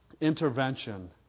intervention